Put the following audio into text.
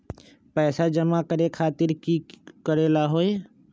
पैसा जमा करे खातीर की करेला होई?